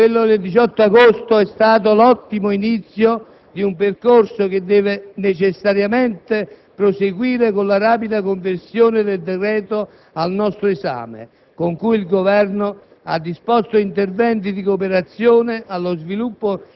L'Italia ha giocato e gioca, quindi, un ruolo fondamentale per la conduzione ed il prosieguo di tale missione, avendo dimostrato già autorevolezza e credibilità della sua posizione sin dal 18 agosto;